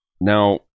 Now